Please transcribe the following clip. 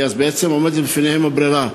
כי אז בעצם עומדת בפניהם הברירה,